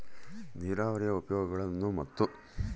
ನೇರಾವರಿಯ ಉಪಯೋಗಗಳನ್ನು ಮತ್ತು?